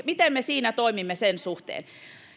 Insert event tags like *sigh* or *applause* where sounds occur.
*unintelligible* miten me toimimme sen suhteen